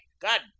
God